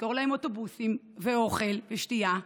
לשכור להם אוטובוסים ואוכל ושתייה,